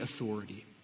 authority